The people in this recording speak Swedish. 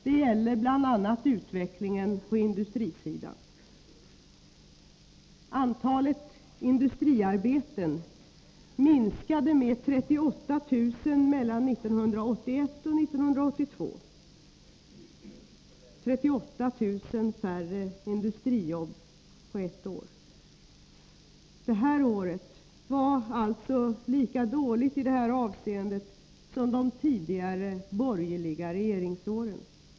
Det gäller bl.a. utvecklingen på industrisidan. Antalet industriarbeten minskade med 38 000 mellan 1981 och 1982 — 38 000 färre industrijobb på ett år. Det här året var alltså ett lika dåligt år som de tidigare borgerliga regeringsåren.